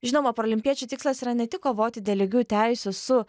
žinoma paralimpiečių tikslas yra ne tik kovoti dėl lygių teisių su